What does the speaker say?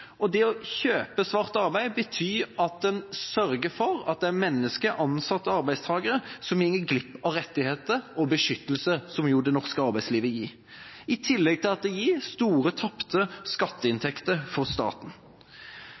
Det å kjøpe svart arbeid betyr at en sørger for at det er mennesker, ansatte arbeidstakere, som går glipp av rettigheter og beskyttelse, som jo det norske arbeidslivet gir, i tillegg til at det gir store tapte skatteinntekter for staten.